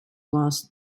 lost